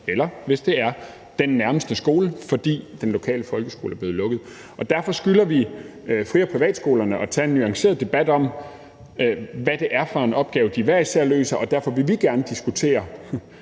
eller hvis det er den nærmeste skole, fordi den lokale folkeskole er blevet lukket, så kan det være en gevinst. Derfor skylder vi fri- og privatskolerne at tage en nuanceret debat om, hvad det er for en opgave, de hver især løser. Derfor vil vi gerne diskutere,